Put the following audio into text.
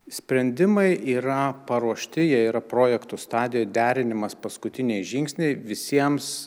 sprendimai yra paruošti jie yra projektų stadijoj derinimas paskutiniai žingsniai visiems